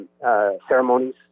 ceremonies